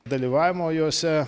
dalyvavimo jose